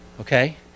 Okay